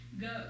go